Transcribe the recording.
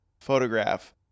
photograph